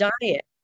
Diet